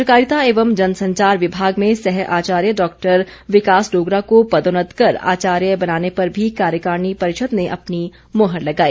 पत्रकारिता एवं जन संचार विभाग में सह आचार्य डॉक्टर विकास डोगरा को पदोन्नत कर आचार्य बनाने पर भी कार्यकारिणी परिषद ने अपनी मोहर लगाई